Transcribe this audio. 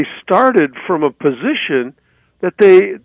started from a position that they.